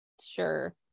sure